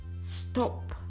stop